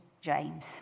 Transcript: James